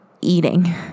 eating